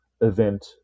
event